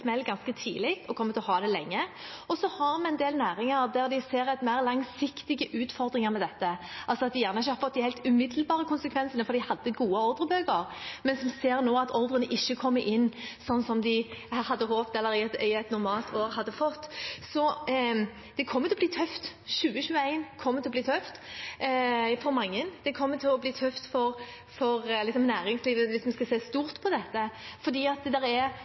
ganske tidlig, og kommer til å ha virkningene av det lenge. Og vi har en del næringer der de ser mer langsiktige utfordringer med dette, at de kanskje ikke har fått de helt umiddelbare konsekvensene, for de hadde gode ordrebøker, men som nå ser at ordrene ikke kommer inn slik de hadde håpt, eller i et normalt år hadde fått. Det kommer til å bli tøft. 2021 kommer til å bli tøft for mange. Det kommer til å bli tøft for næringslivet, hvis vi skal se stort på dette, fordi det fortsatt er